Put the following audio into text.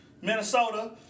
Minnesota